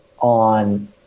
on